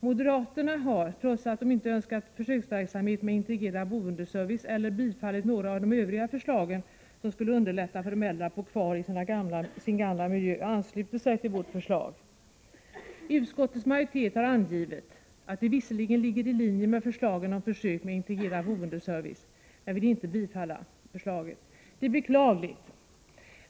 Moderaterna har, trots att de inte önskar försöksverksamhet med integrerad boendeservice eller har tillstyrkt några av de övriga förslagen som skulle underlätta för de äldre att bo kvar i sin gamla miljö, anslutit sig till vårt förslag. Utskottets majoritet har angivit att det visserligen ligger i linje med förslagen om försök med integrerad boendeservice men vill inte tillstyrka vårt förslag. Det är beklagligt.